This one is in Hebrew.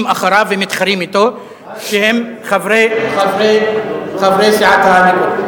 אחריו ומתחרים אתו שהם חברי סיעת הליכוד.